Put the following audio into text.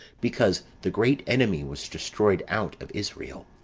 because the great enemy was destroyed out of israel.